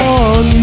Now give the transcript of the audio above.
on